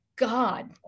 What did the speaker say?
God